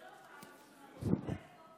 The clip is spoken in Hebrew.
שלוש דקות, אדוני, בבקשה.